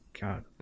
god